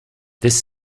this